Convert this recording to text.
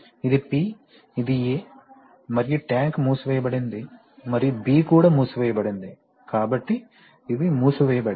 ఇది P ఇది A మరియు ట్యాంక్ మూసివేయబడింది మరియు B కూడా మూసివేయబడుతుంది కాబట్టి ఇవి మూసివేయబడతాయి